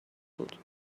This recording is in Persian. بود